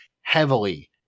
heavily